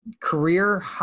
career